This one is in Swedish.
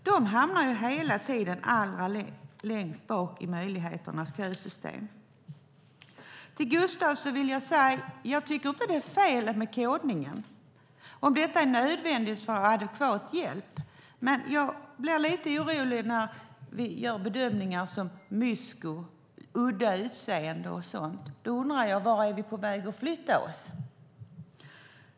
De hamnar hela tidens längst bak i möjligheternas kösystem. Till Gustav Nilsson vill jag säga att jag inte tycker att det är fel med kodning om det är nödvändigt för att få adekvat hjälp. Men jag blir lite orolig när vi gör bedömningar som "mysko, "udda utseende" och sådant. Då undrar jag vart vi är på väg att flytta oss.